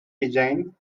design